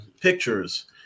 pictures